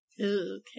Okay